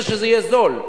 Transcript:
ושזה יהיה זול.